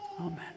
Amen